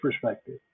perspective